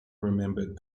remembered